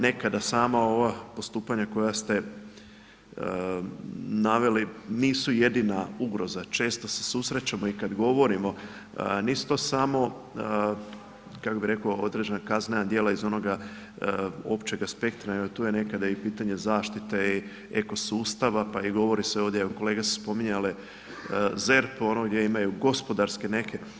Nekada sama ova postupanja koja ste naveli nisu jedina ugroza, često se susrećemo kada govorimo nisu to samo određena kaznena djela iz onoga općega spektra nego tu je nekada i pitanje zaštite eko sustava pa i govori se ovdje, kolege su spominjale ZERP gdje imaju gospodarske neke.